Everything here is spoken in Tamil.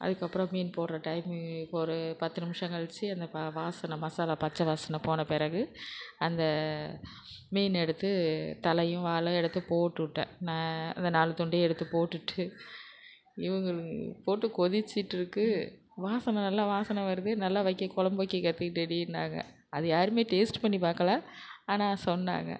அதற்கப்பறம் மீன் போடுற டைம்மு இப்போ ஒரு பத்து நிமிஷம் கழிச்சி அந்த ப வாசனை மசாலா பச்சை வாசனை போன பிறகு அந்த மீன் எடுத்து தலையும் வாலும் எடுத்து போட்டுட்டேன் நான் அந்த நாலு துண்டையும் எடுத்து போட்டுவிட்டு இவங்க போட்டுக் கொதிச்சிட்டுருக்கு வாசனை நல்லா வாசனை வருதே நல்லா வைக்க குலம்பு வைக்க கற்றுக்கிட்டடின்னாங்க அதை யாருமே டேஸ்ட் பண்ணி பார்க்கல ஆனால் சொன்னாங்க